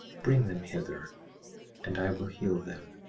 bring them hither and i will heal them,